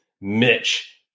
Mitch